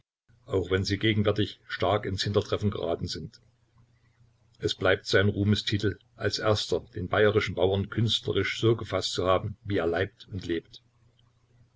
auch wenn sie gegenwärtig stark ins hintertreffen geraten sind es bleibt sein ruhmestitel als erster den bayerischen bauern künstlerisch so gefaßt zu haben wie er leibt und lebt